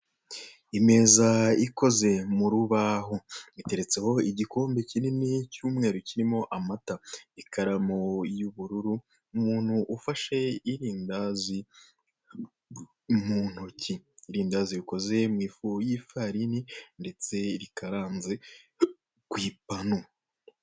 Imeza ikoze mu rubaho iteretseho igikombe kinini cy'umweru kirimo amata, ikaramu y'ubururu, umuntu ufashe irindazi mu ntoki, irindazi rikoze mu ifu y'ifarini ndetse rikaranze ku ipanu.